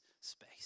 space